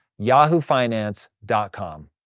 yahoofinance.com